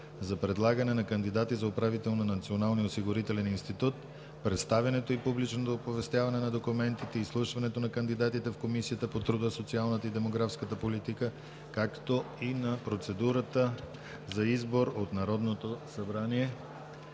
за предлагане на кандидати за управител на Националния осигурителен институт, представяне и публично оповестяване на документите и изслушването на кандидатите в Комисията по труда, социалната и демографската политика, както и процедурата за избор от Народното събрание